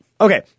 Okay